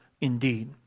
indeed